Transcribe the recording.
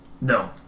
No